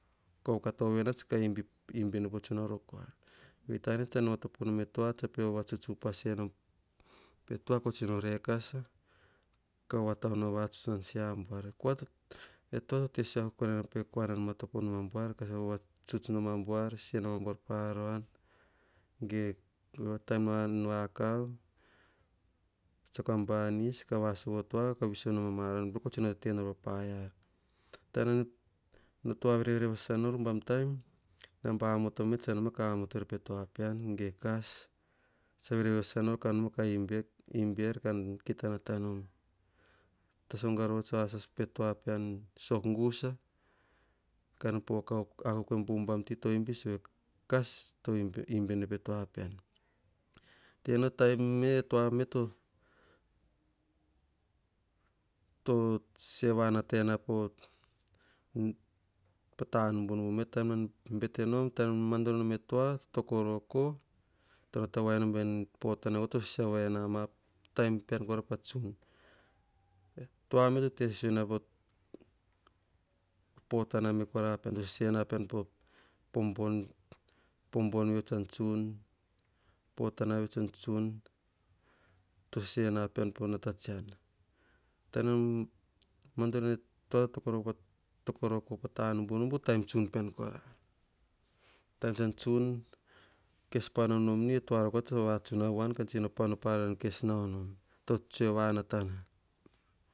Kovakato nats ka imbi ene po tsunaro kua. Vei tatene tsan pe vavatuts upas enom pe tua ko tsino rekasa ko vavatona o vavatuts nan se abuak. Eh tua to te sisio ena pe kua nan mamatopo nom abuar. Kavavatuts nom abuar sesenom abuar pa aran ge o taim no an vakav. Tsiako a banis ka vasovon tua ka viviso nor a ran peor. Kor tsino tete nor pas paia ar. Taim no tua verevere vasasa nor. Naba amamoto tsa noma ka amoto er pe tua pean kas tsa verevere vasasa nor kamana ka imbi er. Kan kita nata nom. Taso gaga rova tso asas pe tua pean sok kusa. Ka poka akuk eim po hbam ti to imbi sove kas to imbi e tua pean. Tene o taim me tua me tsoe vanata ena pa tanubu nubu taim bete tenom. mamadonom atua tsa tokoroko to natavoainom vene. Potana to seseava enama. Tua me to tesisio na potana pean po bon vio tsa tsun. Potana vio tsa tsun tosesenapean po natatsiana. Taim nan badono e tua tokoroko patanubunubu taim tsun pean kora taim nan tsun. Ka kes panonom ni e tua rovakora tsa vatsun avoan kes naonom pana kes nao nom